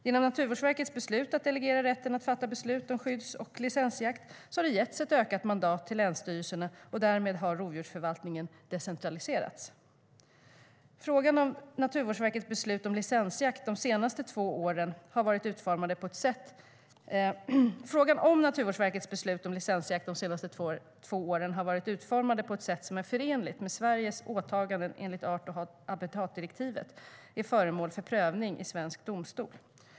Genom Naturvårdsverkets beslut att delegera rätten att fatta beslut om skydds och licensjakt har det getts ett ökat mandat till länsstyrelserna, och därmed har rovdjursförvaltningen decentraliserats.Frågan om ifall Naturvårdsverkets beslut om licensjakt de senaste två åren har varit utformade på ett sätt som är förenligt med Sveriges åtaganden enligt art och habitatdirektivet är föremål för prövning i svensk domstol.